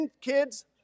kids